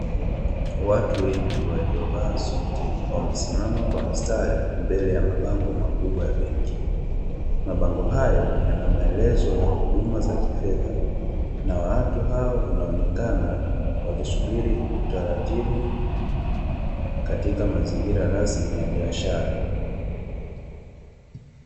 Watu wengi waliovaa suti, wamesimama kwa mstari mbele ya mabango makubwa ya benki, mabango hayo yana maelezo ya huduma za kifedha, na watu hao wanaonekana wakisubiri utaratibu, katika mazingira rasmi ya biashara.